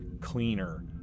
cleaner